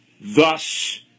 thus